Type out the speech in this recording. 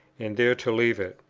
and there to leave it.